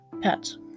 pets